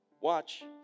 Watch